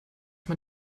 man